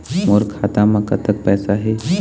मोर खाता म कतक पैसा हे?